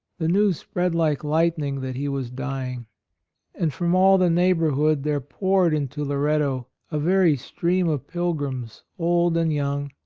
the news spread like light ning that he was dying and from all the neighborhood there poured into loretto a very stream of pilgrims, old and young,